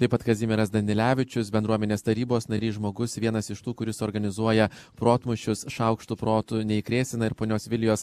taip pat kazimieras danilevičius bendruomenės tarybos narys žmogus vienas iš tų kuris organizuoja protmūšius šaukštu proto neįkrėsi na ir ponios vilijos